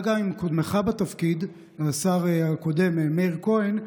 עם קודמך בתפקיד, השר הקודם מאיר כהן,